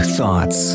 Thoughts